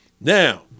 now